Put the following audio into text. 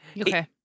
Okay